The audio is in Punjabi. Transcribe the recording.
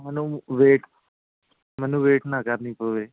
ਮੈਨੂੰ ਵੇਟ ਮੈਨੂੰ ਵੇਟ ਨਾ ਕਰਨੀ ਪਵੇ